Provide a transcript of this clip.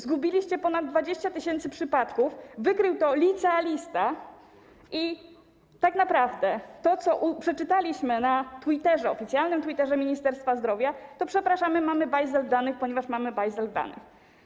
Zgubiliście ponad 20 tys. przypadków, wykrył to licealista i tak naprawdę to, co przeczytaliśmy na oficjalnym Twitterze Ministerstwa Zdrowia, to: przepraszamy mamy bajzel w danych, ponieważ mamy bajzel w danych.